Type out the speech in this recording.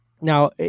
Now